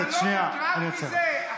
אתה לא מוטרד מזה?